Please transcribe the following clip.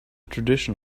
tradition